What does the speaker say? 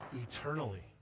eternally